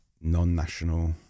non-national